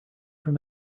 from